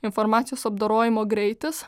informacijos apdorojimo greitis